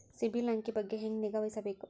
ಸಿಬಿಲ್ ಅಂಕಿ ಬಗ್ಗೆ ಹೆಂಗ್ ನಿಗಾವಹಿಸಬೇಕು?